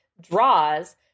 draws